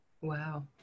Wow